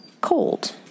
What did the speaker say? cold